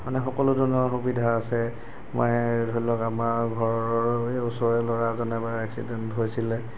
মানে সকলো ধৰণৰ সুবিধা আছে মই ধৰি লওক আমাৰ ঘৰৰে ওচৰৰে ল'ৰা এজনৰ এবাৰ এক্সিডেণ্ট হৈছিলে